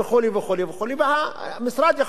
המשרד יכול לעשות את הדברים האלה.